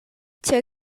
tgei